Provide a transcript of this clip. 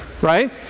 right